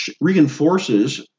reinforces